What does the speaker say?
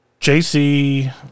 JC